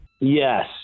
Yes